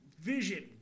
Vision